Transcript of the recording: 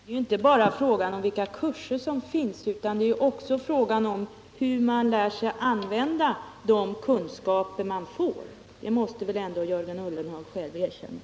Herr talman! Det är ju inte bara fråga om vilka kurser som finns, utan det är också fråga om hur man lär sig använda de kunskaper man får. Det måste väl ändå Jörgen Ullenhag själv erkänna.